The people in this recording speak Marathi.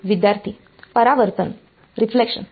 विद्यार्थीः परावर्तन